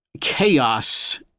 chaos